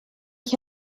ich